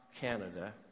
Canada